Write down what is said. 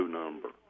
number